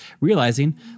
realizing